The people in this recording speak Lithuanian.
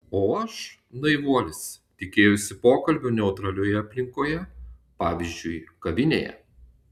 o aš naivuolis tikėjausi pokalbio neutralioje aplinkoje pavyzdžiui kavinėje